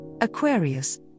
Aquarius